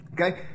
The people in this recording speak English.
Okay